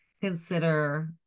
consider